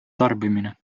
tarbimine